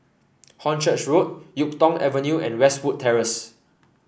Hornchurch Road YuK Tong Avenue and Westwood Terrace